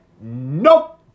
nope